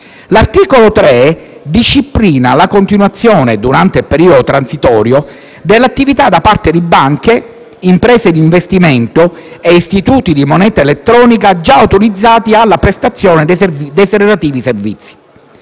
L'articolo 3 disciplina la continuazione, durante il periodo transitorio, dell'attività da parte di banche, imprese d'investimento e istituti di moneta elettronica già autorizzati alla prestazione dei relativi servizi.